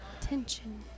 Tension